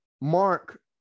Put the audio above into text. Mark